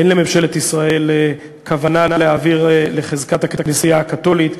אין לממשלת ישראל כוונה להעביר לחזקת הכנסייה הקתולית,